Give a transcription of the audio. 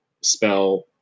spell